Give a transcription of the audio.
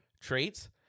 traits